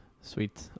Sweet